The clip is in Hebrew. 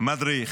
שם מדריך.